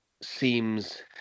seems